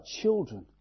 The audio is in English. children